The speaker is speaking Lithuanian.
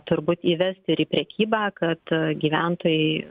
turbūt įvest ir į prekybą kad gyventojai